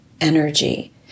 energy